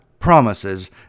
promises